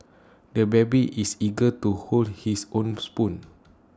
the baby is eager to hold his own spoon